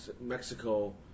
Mexico